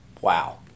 wow